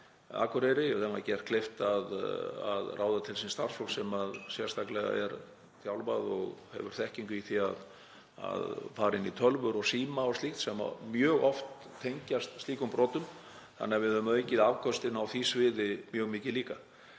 Akureyri, þeim gert kleift að ráða til sín starfsfólk sem sérstaklega er þjálfað og hefur þekkingu í því að fara inn í tölvur, síma og slíkt sem mjög oft tengjast slíkum brotum. Við höfum því aukið afköstin á því sviði mjög mikið líka.